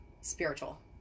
spiritual